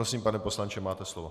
Prosím, pane poslanče, máte slovo.